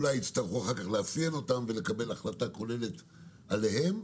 אולי יצטרכו אחר כך לאפיין אותם ולקבל החלטה כוללת עליהם.